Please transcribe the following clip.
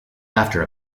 after